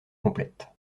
complète